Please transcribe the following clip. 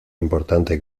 importante